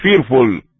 fearful